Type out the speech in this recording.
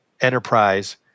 enterprise